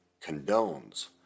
condones